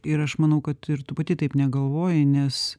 ir aš manau kad ir tu pati taip negalvoji nes